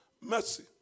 mercy